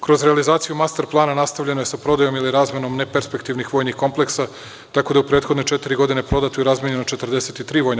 Kroz realizaciju master plana nastavljeno je sa prodajom ili razmenom neperspektivih vojnih kompleksa, tako da je u prethodne četiri godine prodato i razmenjeno 43 vojna